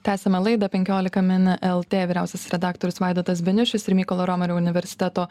tęsiame laidą penkiolika min lt vyriausias redaktorius vaidotas beniušis ir mykolo romerio universiteto